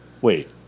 Wait